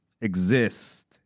exist